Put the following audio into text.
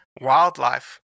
wildlife